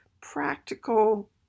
practical